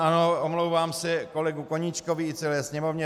Ano, omlouvám se kolegovi Koníčkovi i celé Sněmovně.